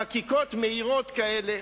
חקיקות מהירות כאלה?